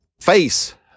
face